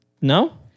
No